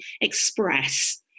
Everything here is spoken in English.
express